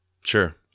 Sure